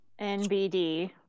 NBD